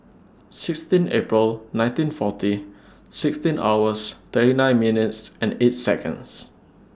sixteen April nineteen forty sixteen hours thirty nine minutes and eight Seconds